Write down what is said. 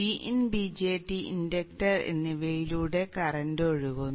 Vin BJT inductor എന്നിവയിലൂടെ current ഒഴുകുന്നു